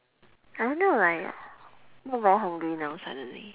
I don't know like not very hungry now suddenly